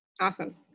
Awesome